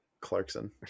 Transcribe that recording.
Clarkson